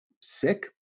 sick